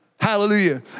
Hallelujah